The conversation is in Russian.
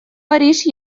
париж